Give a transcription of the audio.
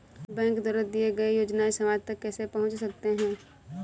Bank द्वारा दिए गए योजनाएँ समाज तक कैसे पहुँच सकते हैं?